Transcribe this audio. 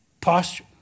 posture